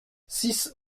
six